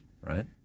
Right